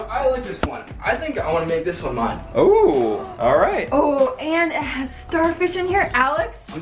i like this one. i think i wanna make this one mine. oh, all right. oh and it has starfish in here alex.